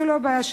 זאת לא בעיה שלו,